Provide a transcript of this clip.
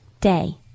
day